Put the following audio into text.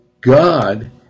God